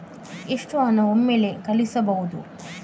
ಎಷ್ಟು ಹಣ ಒಮ್ಮೆಲೇ ಕಳುಹಿಸಬಹುದು?